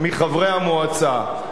מחברי המועצה.